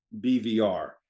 BVR